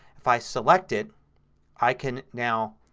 if i select it i can now,